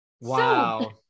Wow